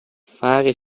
fare